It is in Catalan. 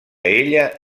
ella